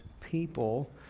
people